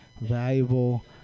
valuable